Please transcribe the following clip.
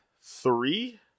three